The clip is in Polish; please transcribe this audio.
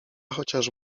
chociaż